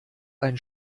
ein